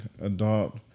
adult